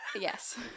Yes